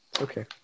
Okay